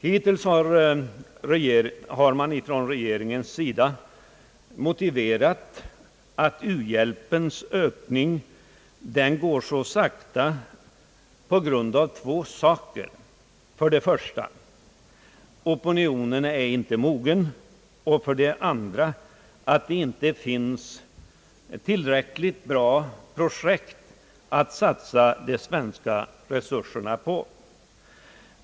Hittills har regeringen anfört två motiv för att ökningen av u-hjälpen gått så sakta. Det första är att opinionen inte är mogen, och det andra är att det inte finns tillräckligt bra projekt att satsa de svenska resurserna på.